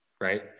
right